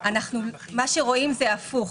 מה שרואים זה הפוך.